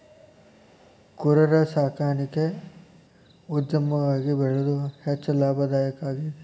ಕುರರ ಸಾಕಾಣಿಕೆ ಉದ್ಯಮವಾಗಿ ಬೆಳದು ಹೆಚ್ಚ ಲಾಭದಾಯಕಾ ಆಗೇತಿ